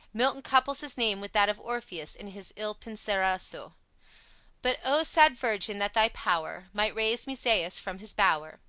milton couples his name with that of orpheus in his il penseroso but o, sad virgin, that thy power might raise musaeus from his bower,